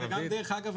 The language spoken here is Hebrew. ודרך אגב,